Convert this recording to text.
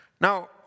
Now